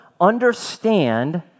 understand